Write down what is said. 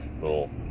little